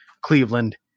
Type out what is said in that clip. Cleveland